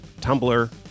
Tumblr